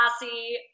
classy